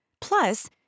Plus